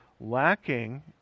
lacking